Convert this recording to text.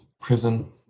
prison